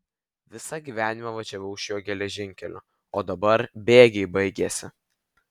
visą gyvenimą važiavau šiuo geležinkeliu o dabar bėgiai baigėsi